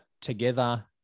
together